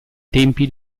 tempi